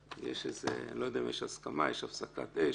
שיש איזה, אני לא יודע אם יש הסכמה, יש הפסקת אש,